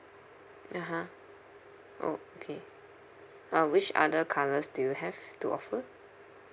(uh huh) okay uh which other colours do you have to offer